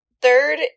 Third